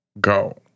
Go